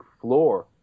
floor